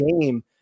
game